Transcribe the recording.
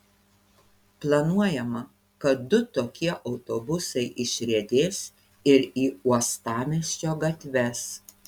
planuojama kad du tokie autobusai išriedės ir į uostamiesčio gatves